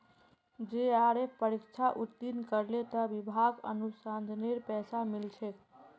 JRF परीक्षा उत्तीर्ण करले त विभाक अनुसंधानेर पैसा मिल छेक